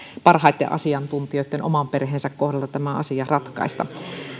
parhaitten asiantuntijoitten oman perheensä kohdalta tämä asia ratkaista